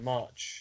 March